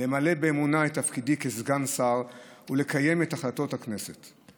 למלא באמונה את תפקידי כסגן שר ולקיים את החלטות הכנסת.